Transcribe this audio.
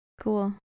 Cool